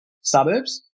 suburbs